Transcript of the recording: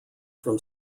from